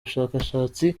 ubushakashatsi